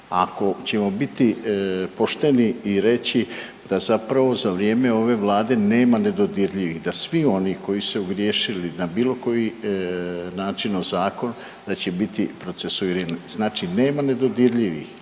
ako ćemo biti pošteni i reći da zapravo za vrijeme ove Vlade nema nedodirljivih, da svi oni koji su se ogriješili na bilo koji način o zakon da će biti procesuirani, znači nema nedodirljivih,